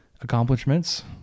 accomplishments